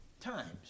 Times